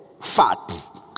fat